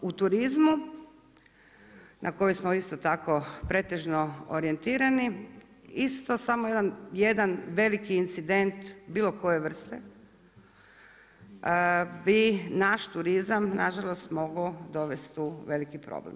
U turizmu na koji smo isto tako pretežno orijentirani, isto samo jedan veliki incident bilo koje vrste bi naš turizam na žalost mogao dovesti u veliki problem.